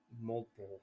multiple